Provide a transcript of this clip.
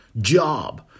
job